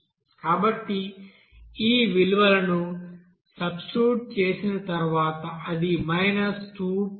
b0yixi2 xixiyinxi2 xi2 కాబట్టి ఈ విలువలను సబ్స్టిట్యూట్ చేసిన తర్వాత అది 2